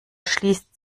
schließt